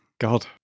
God